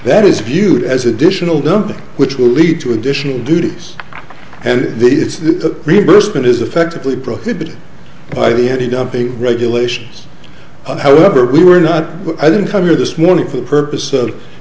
that is viewed as additional dumping which will lead to additional duties and it's the reimbursement is effectively prohibited by the n t dumping regulations however we were not i didn't come here this morning for the purpose of